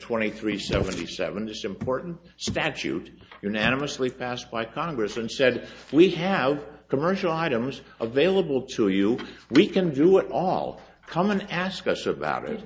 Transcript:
twenty three seventy seven it's important statute unanimously passed by congress and said we have commercial items available to you we can do it all come and ask us about it